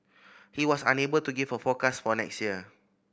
he was unable to give a forecast for next year